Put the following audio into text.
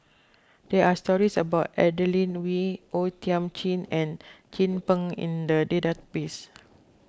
there are stories about Adeline Ooi O Thiam Chin and Chin Peng in the database